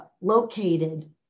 located